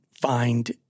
find